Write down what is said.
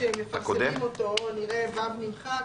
לפני שמפרסמים אותו, אני אראה (ו) נמחק,